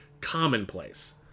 commonplace